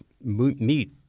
meat